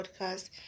podcast